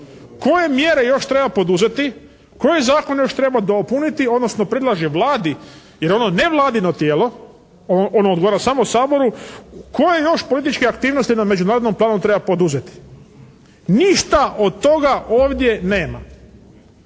koje mjere još treba poduzeti, koje zakone još treba dopuniti, odnosno predlaže Vladi jer je ono nevladino tijelo, ono odgovara samo Saboru, koje još političke aktivnosti na međunarodnom planu treba poduzeti. Ništa od toga ovdje nema.